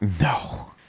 No